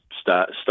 start